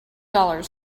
dollars